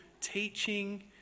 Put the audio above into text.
teaching